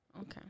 okay